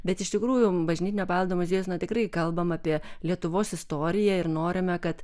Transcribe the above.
bet iš tikrųjų bažnytinio paveldo muziejus na tikrai kalbam apie lietuvos istoriją ir norime kad